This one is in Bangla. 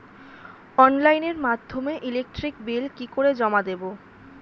অনলাইনের মাধ্যমে ইলেকট্রিক বিল কি করে জমা দেবো?